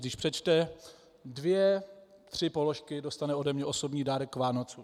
Když přečte dvě tři položky, dostane ode mě osobní dárek k Vánocům.